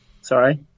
Sorry